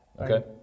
Okay